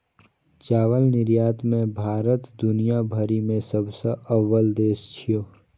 चावल निर्यात मे भारत दुनिया भरि मे सबसं अव्वल देश छियै